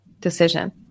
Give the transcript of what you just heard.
decision